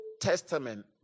Testament